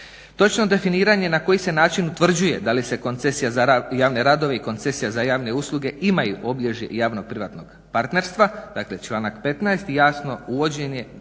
Točno definiranje na koji se način utvrđuje da li se koncesija za javne radove i koncesija za javne usluge imaju obilježje javno-privatnog partnerstva, dakle članak 15. jasno navođenje